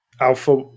Alpha